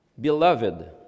Beloved